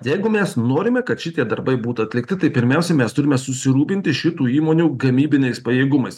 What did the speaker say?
jeigu mes norime kad šitie darbai būtų atlikti tai pirmiausia mes turime susirūpinti šitų įmonių gamybiniais pajėgumais